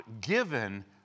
given